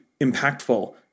impactful